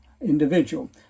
individual